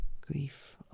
grief